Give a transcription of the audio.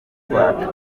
rwacu